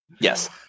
yes